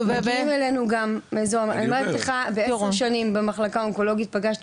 בעשר שנים במחלקה האונקולוגית פגשתי